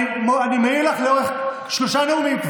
אני מעיר לך כבר לאורך שלושה נואמים.